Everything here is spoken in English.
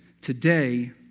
today